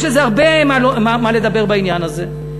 יש הרבה מה לדבר בעניין הזה,